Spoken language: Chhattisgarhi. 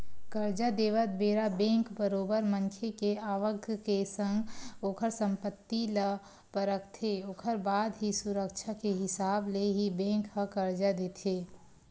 करजा देवत बेरा बेंक बरोबर मनखे के आवक के संग ओखर संपत्ति ल परखथे ओखर बाद ही सुरक्छा के हिसाब ले ही बेंक ह करजा देथे